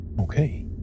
Okay